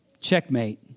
Checkmate